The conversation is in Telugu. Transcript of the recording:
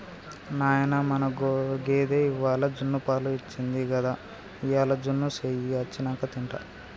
నాయనా మన గేదె ఇవ్వాల జున్నుపాలు ఇచ్చింది గదా ఇయ్యాల జున్ను సెయ్యి అచ్చినంక తింటా